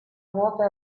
vuota